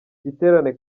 giterane